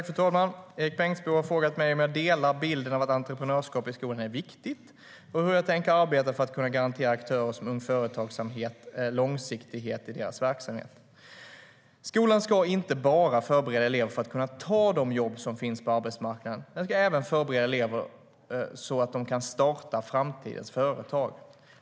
Fru talman! Erik Bengtzboe har frågat mig om jag delar bilden av att entreprenörskap i skolan är viktigt och hur jag tänker arbeta för att kunna garantera aktörer som Ung Företagsamhet långsiktighet i deras verksamhet. Skolan ska inte bara förbereda elever för att kunna ta de jobb som finns på arbetsmarknaden, den ska även förbereda elever så att de kan starta framtidens företag.